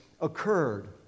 occurred